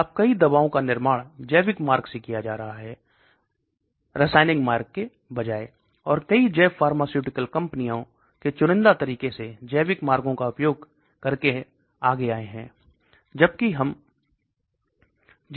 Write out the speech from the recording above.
अब कई दवाओं का निर्माण जैविक मार्ग से किया जा रहा है रासायनिक मार्ग के बजाय और कई जैव फार्मास्युटिकल कंपनियों के चुनिंदा तरीके से जैविक मार्गों का उपयोग करके आगे आएं है